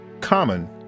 Common